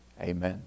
amen